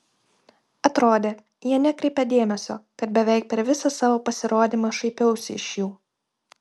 atrodė jie nekreipia dėmesio kad beveik per visą savo pasirodymą šaipiausi iš jų